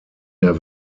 der